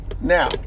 Now